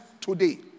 today